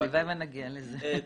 הלוואי שנגיע לזה.